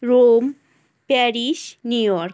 Rome Paris New York